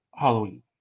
Halloween